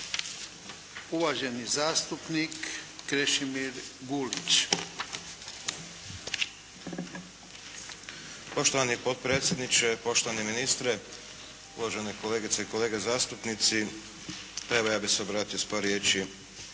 Gulić. **Gulić, Krešimir (HDZ)** Poštovani potpredsjedniče, poštovani ministre, uvažene kolegice i kolege zastupnici. Evo ja bih se obratio s par riječi.